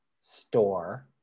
store